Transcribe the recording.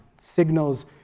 signals